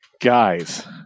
guys